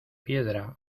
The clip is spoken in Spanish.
piedra